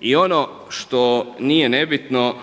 I ono što nije nebitno